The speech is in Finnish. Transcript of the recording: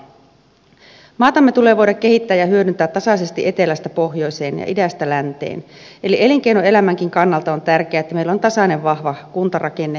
maatamme tulee voida kehittää ja hyödyntää tasaisesti etelästä pohjoiseen ja idästä länteen eli elinkeinoelämänkin kannalta on tärkeää että meillä on tasainen vahva kuntarakenne koko maassa